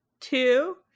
two